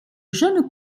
jeune